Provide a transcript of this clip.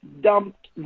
dumped